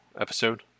episode